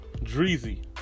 Dreezy